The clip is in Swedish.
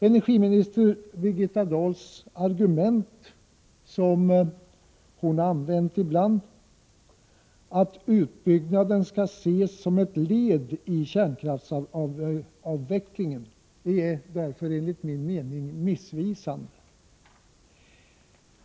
Energiminister Birgitta Dahls argument som hon använt ibland — att utbyggnaden skall ses som ett led i kärnkraftsavvecklingen — är därför enligt min mening missvisande.